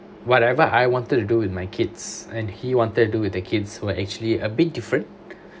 whatever I wanted to do with my kids and he wanted do with the kids were actually a bit different